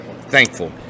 thankful